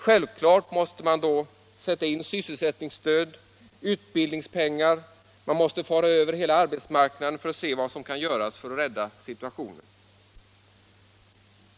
Självfallet måste man då sätta in sysselsättningsstöd, utbildningspengar, och man måste fara över hela arbetsmarknaden för att se vad som kan göras för att rädda situationen.